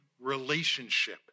relationship